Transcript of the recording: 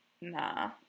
nah